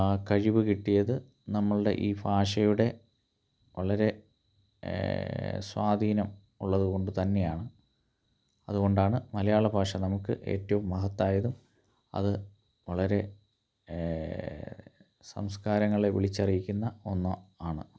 ആ കഴിവ് കിട്ടിയത് നമ്മളുടെ ഈ ഭാഷയുടെ വളരെ സ്വാധീനം ഉള്ളതുകൊണ്ട് തന്നെയാണ് അതുകൊണ്ടാണ് മലയാള ഭാഷ നമുക്ക് ഏറ്റവും മഹത്തായതും അത് വളരെ സംസ്കാരങ്ങളെ വിളിച്ച് അറിയിക്കുന്ന ഒന്ന് ആണ്